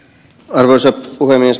arvoisa puhemies